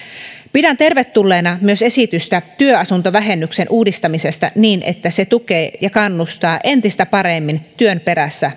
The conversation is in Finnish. pidän tervetulleena myös esitystä työasuntovähennyksen uudistamisesta niin että se tukee ja kannustaa entistä paremmin työn perässä